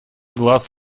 глаз